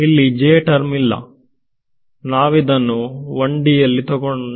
ಇಲ್ಲಿ j term ಇಲ್ಲ ನಾವಿದನ್ನು 1D ಮಾಡೋಣ